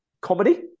comedy